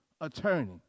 attorney